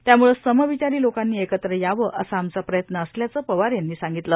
त्यामुळं समविचारी लोकांनी एकत्र यावं असा आमचा प्रयत्न असल्याचं पवार यांनी सांगितलं